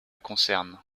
concerne